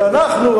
ואנחנו,